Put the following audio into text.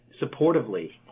supportively